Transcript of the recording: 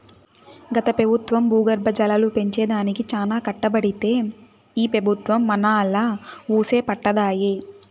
గత పెబుత్వం భూగర్భ జలాలు పెంచే దానికి చానా కట్టబడితే ఈ పెబుత్వం మనాలా వూసే పట్టదాయె